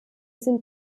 sind